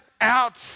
out